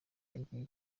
igihe